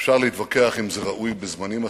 אפשר להתווכח אם זה ראוי בזמנים אחרים,